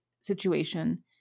situation